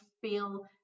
feel